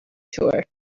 tour